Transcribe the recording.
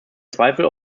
zweifel